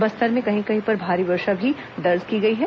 बस्तर में कहीं कहीं पर भारी वर्षा भी दर्ज की गई है